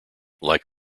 like